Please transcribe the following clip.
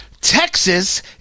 Texas